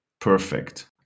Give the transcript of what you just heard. perfect